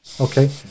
Okay